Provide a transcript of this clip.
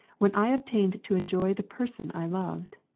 when i obtained to enjoy the person i loved.